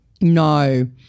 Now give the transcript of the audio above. No